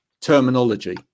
terminology